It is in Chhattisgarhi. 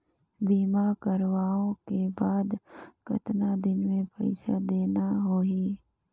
बीमा करवाओ के बाद कतना दिन मे पइसा देना हो ही?